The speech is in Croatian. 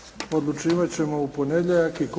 Odlučivati ćemo u ponedjeljak.